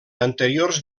anteriors